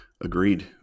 Agreed